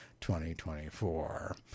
2024